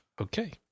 Okay